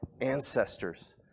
ancestors